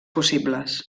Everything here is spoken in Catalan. possibles